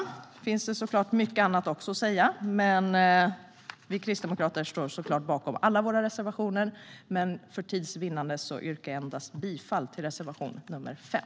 Det finns såklart mycket annat att säga. Men vi kristdemokrater står bakom alla våra reservationer. Men för tids vinnande yrkar jag bifall endast till reservation nr 5.